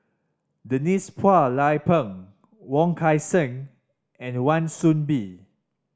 Denise Phua Lay Peng Wong Kan Seng and Wan Soon Bee